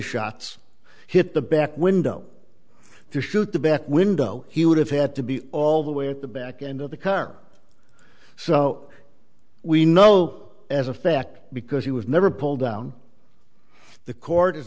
shots hit the back window to shoot the back window he would have had to be all the way at the back end of the car so we know as a fact because he was never pulled down the court is